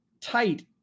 tight